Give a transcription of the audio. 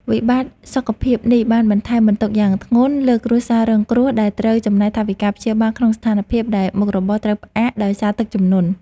វិបត្តិសុខភាពនេះបានបន្ថែមបន្ទុកយ៉ាងធ្ងន់លើគ្រួសាររងគ្រោះ ដែលត្រូវចំណាយថវិកាព្យាបាលក្នុងស្ថានភាពដែលមុខរបរត្រូវផ្អាកដោយសារទឹកជំនន់។